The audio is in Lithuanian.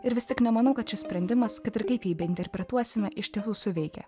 ir vis tik nemanau kad šis sprendimas kad ir kaip jį interpretuosime iš tiesų suveikė